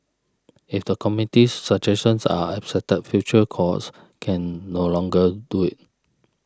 if the committee's suggestions are accepted future cohorts can no longer do it